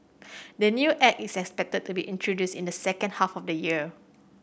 the new Act is expected to be introduced in the second half of the year